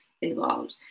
involved